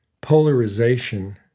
polarization